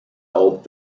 old